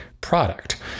product